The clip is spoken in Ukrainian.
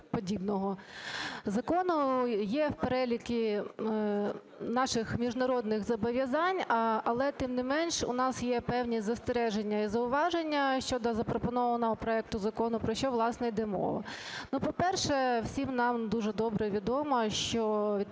подібного закону є в переліку наших міжнародних зобов'язань. Але, тим не менш, у нас є певні застереження і зауваження щодо запропонованого проекту закону, про що, власне, йде мова. По-перше, всім нам дуже добре відомо, що